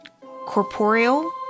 corporeal